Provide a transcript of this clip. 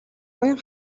уян